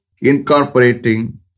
incorporating